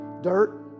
Dirt